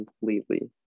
completely